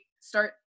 start